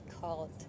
called